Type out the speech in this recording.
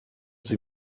sie